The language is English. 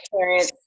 parents